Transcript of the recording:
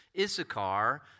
Issachar